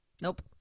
Nope